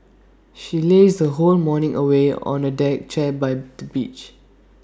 she lazed her whole morning away on A deck chair by the beach